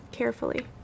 Carefully